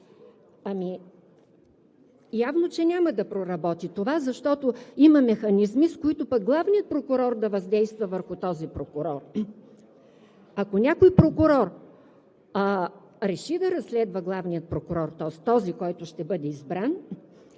Ами явно, че няма да проработи това, защото има механизми, с които пък главният прокурор да въздейства върху този прокурор. Ако някой прокурор реши да разследва главния прокурор – тоест този, който ще бъде избран,